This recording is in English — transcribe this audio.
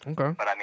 Okay